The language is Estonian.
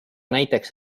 näiteks